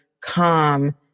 calm